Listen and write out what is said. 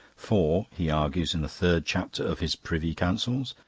for, he argues in the third chapter of his priuy counsels,